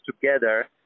together